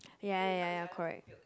ya ya ya ya correct